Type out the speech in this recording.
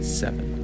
seven